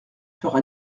fera